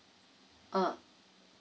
uh